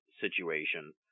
situation